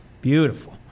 beautiful